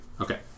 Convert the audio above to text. Okay